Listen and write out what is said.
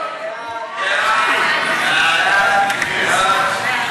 סעיף 2, כהצעת הוועדה, נתקבל.